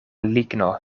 ligno